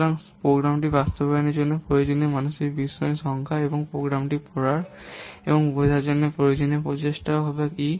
সুতরাং সাধারণত প্রোগ্রামটি বাস্তবায়নের জন্য প্রয়োজনীয় মানসিক বৈষম্যগুলির সংখ্যা এবং প্রোগ্রামটি পড়ার এবং বোঝার জন্য প্রয়োজনীয় প্রচেষ্টাও হল E